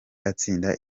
atsinda